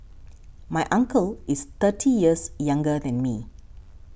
my uncle is thirty years younger than me